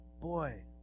Boy